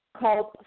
called